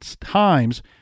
Times